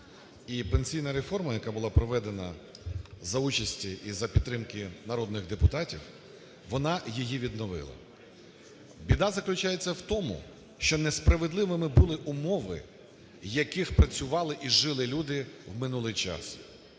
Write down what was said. І пенсійна реформа, яка була проведена за участі і за підтримки народних депутатів, вона її відновила. Біда заключається в тому, що несправедливими були умови, в яких працювали і жили люди в минулий час.